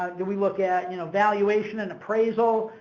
and we look at, you know, valuation and appraisal,